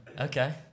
Okay